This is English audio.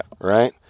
Right